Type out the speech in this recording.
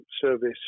service